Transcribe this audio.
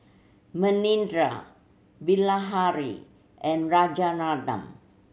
Manindra Bilahari and Rajaratnam